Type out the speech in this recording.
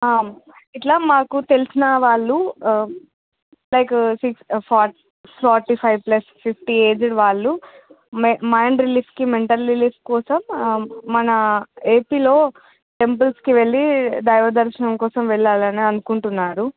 ఇట్లా మాకు తెలిసిన వాళ్ళు లైక్ సి forty forty five plus fifty aged వాళ్ళు మైం మైండ్ రిలీఫ్కి మెంటల్ రిలీఫ్ కోసం మన ఏపీలో టెంపుల్స్కి వెళ్ళి దైవ దర్శనం కోసం వెళ్ళాలని అనుకుంటున్నారు